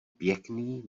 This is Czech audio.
pěkný